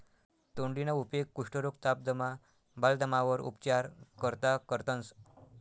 तोंडलीना उपेग कुष्ठरोग, ताप, दमा, बालदमावर उपचार करता करतंस